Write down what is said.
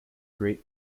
great